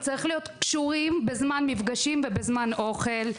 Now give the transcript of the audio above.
צריכים להיות קשורים בזמן מפגשים ובזמן אוכל.